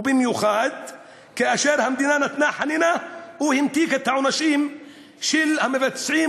ובמיוחד כאשר המדינה נתנה חנינה או המתיקה את העונשים של המבצעים,